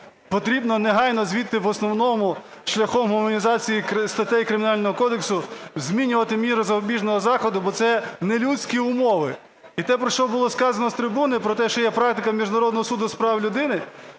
потрібно негайно звідти в основному шляхом гуманізації статей Кримінального кодекс змінювати міри запобіжного заходу, бо це нелюдські умови. І те про що було сказано з трибуни, про те, що є практика Міжнародного суду з прав людини,